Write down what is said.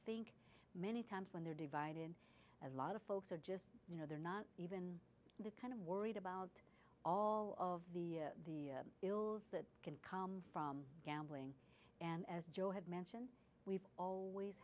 think many times when they're divided as a lot of folks are just you know they're not even the kind of worried about all of the the ills that can come from gambling and as joe had mentioned we've always